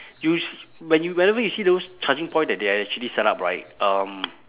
you se~ when you whenever you see those charging point that they are actually set up right um